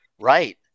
Right